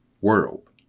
world